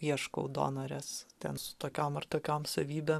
ieškau donorės ten su tokiom ar tokiom savybėm